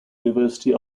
university